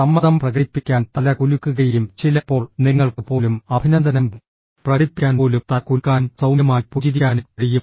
സമ്മതം പ്രകടിപ്പിക്കാൻ തല കുലുക്കുകയും ചിലപ്പോൾ നിങ്ങൾക്ക് പോലും അഭിനന്ദനം പ്രകടിപ്പിക്കാൻ പോലും തല കുലുക്കാനും സൌമ്യമായി പുഞ്ചിരിക്കാനും കഴിയും